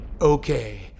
Okay